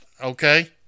Okay